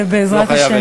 את לא חייבת עשר דקות.